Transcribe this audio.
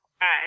Hi